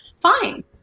fine